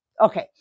Okay